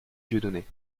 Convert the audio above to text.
dieudonné